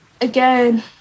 again